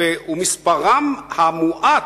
ומספרם המועט,